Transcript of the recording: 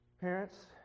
Parents